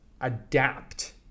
adapt